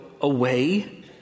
away